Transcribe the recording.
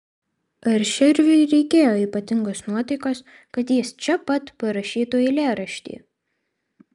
ar širviui reikėjo ypatingos nuotaikos kad jis čia pat parašytų eilėraštį